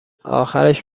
آخرش